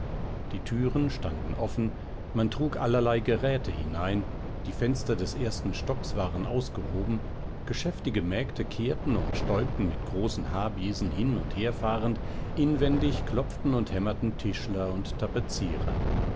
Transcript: die türen standen offen man trug allerlei geräte hinein die fenster des ersten stocks waren ausgehoben geschäftige mägde kehrten und stäubten mit großen haarbesen hin und herfahrend inwendig klopften und hämmerten tischler und tapezierer